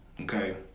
Okay